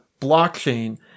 blockchain